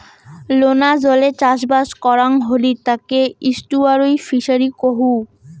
লোনা জলে চাষবাস করাং হলি তাকে এস্টুয়ারই ফিসারী কুহ